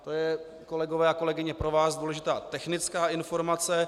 To je, kolegyně a kolegové, pro vás důležitá technická informace.